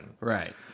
Right